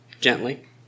gently